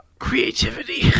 creativity